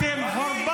אתם מורשעים,